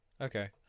okay